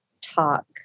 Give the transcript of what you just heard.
talk